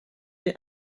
des